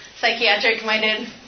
psychiatric-minded